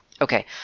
Okay